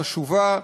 חשובה,